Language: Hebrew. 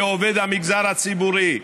כעובד המגזר הציבורי,